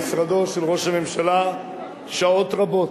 חבר הכנסת אורי אריאל אתמול במשרדו של ראש הממשלה שעות רבות,